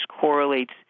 correlates